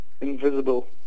invisible